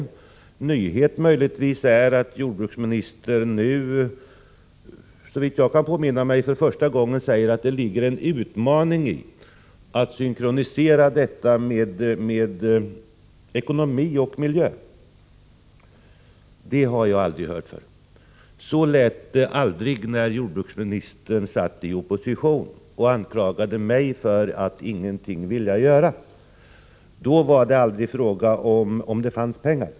En nyhet är möjligtvis att jordbruksministern nu såvitt jag kan påminna mig för första gången säger att det ligger en utmaning i att synkronisera ekonomi och miljö. Det har jag aldrig hört tidigare. Så lät det aldrig när jordbruksministern var i opposition och anklagade mig för att jag inte ville göra någonting. Då var det aldrig fråga om huruvida det fanns pengar.